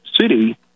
city